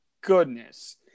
goodness